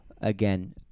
again